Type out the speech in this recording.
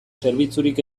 zerbitzurik